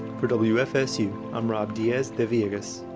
for wfsu, i'm rob diaz de villegas.